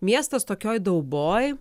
miestas tokioj dauboj